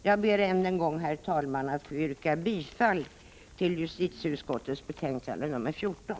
Jag yrkar, herr talman, än en gång bifall till justitieutskottets hemställan i dess betänkande nr 14.